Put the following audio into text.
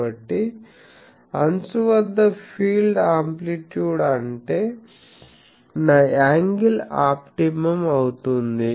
కాబట్టి అంచు వద్ద ఫీల్డ్ ఆమ్ప్లిట్యూడ్ అంటే నా యాంగిల్ ఆప్టిమమ్ అవుతుంది